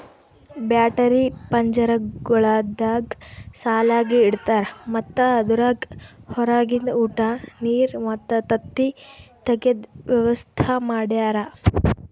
battery ಪಂಜರಗೊಳ್ದಾಗ್ ಸಾಲಾಗಿ ಇಡ್ತಾರ್ ಮತ್ತ ಅದುರಾಗ್ ಹೊರಗಿಂದ ಉಟ, ನೀರ್ ಮತ್ತ ತತ್ತಿ ತೆಗೆದ ವ್ಯವಸ್ತಾ ಮಾಡ್ಯಾರ